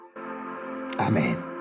Amen